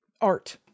art